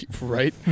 Right